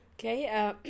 Okay